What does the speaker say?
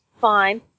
fine